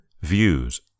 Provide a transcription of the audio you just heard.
views